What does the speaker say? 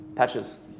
Patches